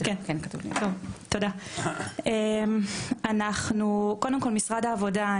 אנחנו קודם כל משרד העבודה,